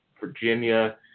Virginia